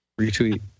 retweet